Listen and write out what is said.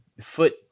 foot